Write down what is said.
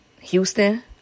Houston